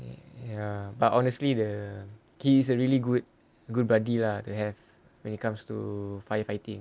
ya but honestly the he is a really good good buddy lah to have when it comes to firefighting